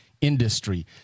industry